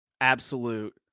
absolute